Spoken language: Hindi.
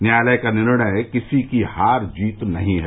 न्यायालय का निर्णय किसी की हार जीत नहीं है